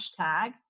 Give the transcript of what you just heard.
hashtag